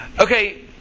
Okay